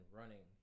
running